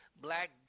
black